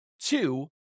two